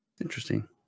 interesting